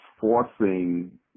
forcing